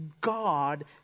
God